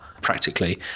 practically